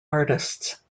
artists